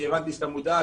אני הבנתי שאתה מודאג,